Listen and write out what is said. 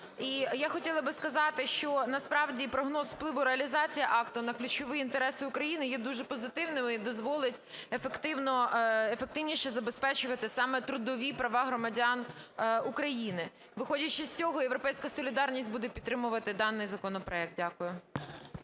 я хотіла би сказати, що насправді прогноз впливу реалізації акту на ключові інтереси України є дуже позитивним і дозволить ефективніше забезпечувати саме трудові права громадян України. Виходячи з цього, "Європейська солідарність" буде підтримувати даний законопроект. Дякую.